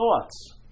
thoughts